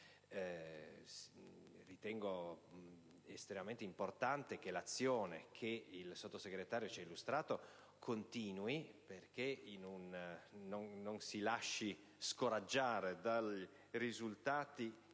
Ritengo estremamente importante che l'azione che il Sottosegretario ci ha illustrato continui e che non ci si lasci scoraggiare dai risultati